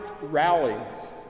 rallies